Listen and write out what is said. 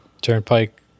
Turnpike